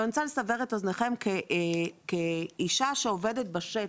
אני רוצה לסבר את אוזנכם כאישה שעובדת בשטח,